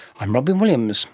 i'm robyn williams